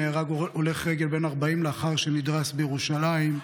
נהרג הולך רגל בן 40 לאחר שנדרס בירושלים,